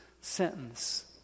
sentence